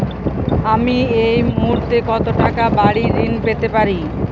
আমি এই মুহূর্তে কত টাকা বাড়ীর ঋণ পেতে পারি?